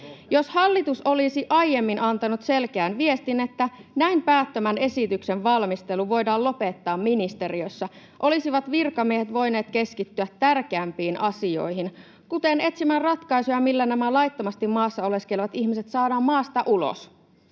Jos hallitus olisi aiemmin antanut selkeän viestin, että näin päättömän esityksen valmistelu voidaan lopettaa ministeriössä, olisivat virkamiehet voineet keskittyä tärkeämpiin asioihin, kuten etsimään ratkaisuja, millä nämä laittomasti maassa oleskelevat ihmiset saadaan maasta ulos.